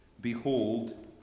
Behold